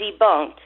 debunked